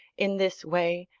in this way,